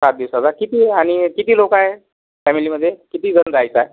सात दिवसाचा किती आणि किती लोकं आहेत फॅमिलीमध्ये कितीजण जायचं आहे